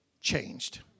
changed